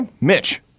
Mitch